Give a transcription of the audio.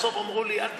בסוף אמרו לי: אל תתפטר,